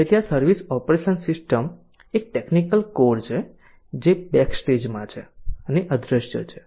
તેથી service operation system એક technical core છે જે બેકસ્ટેજમાં છે અને અદ્રશ્ય છે